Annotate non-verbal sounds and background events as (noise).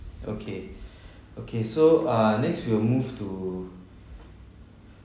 okay (breath) okay so uh next we'll move to